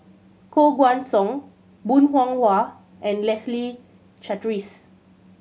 Koh Guan Song Bong Hiong Hwa and Leslie Charteris